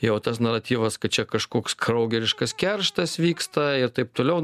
jau tas naratyvas kad čia kažkoks kraugeriškas kerštas vyksta ir taip toliau